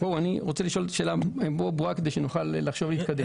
אני רוצה לשאול שאלה כדי שנוכל להתקדם.